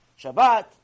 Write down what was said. Shabbat